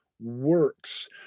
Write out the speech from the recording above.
works